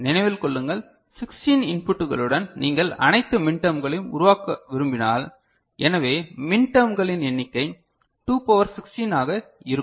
நினைவில் கொள்ளுங்கள் 16 இன்புட்களுடன் நீங்கள் அனைத்து மின் டெர்ம்களையும் உருவாக்க விரும்பினால் எனவே மின் டெர்ம்களின் எண்ணிக்கை 2 பவர் 16 ஆக இருக்கும்